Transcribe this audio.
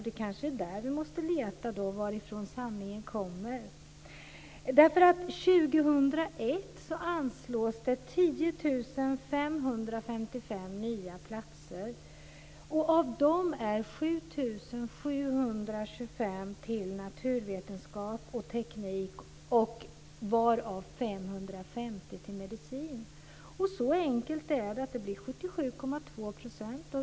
Det kanske är här vi måste leta efter var sanningen kommer ifrån. 7 725 till naturvetenskap och teknik, varav 550 till medicin. Så enkelt är det: Det blir 77,2 %.